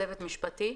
צוות משפטי,